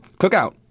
cookout